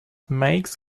makes